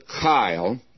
Kyle